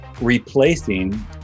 replacing